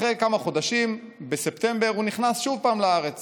אחרי כמה חודשים, בספטמבר, הוא נכנס שוב לארץ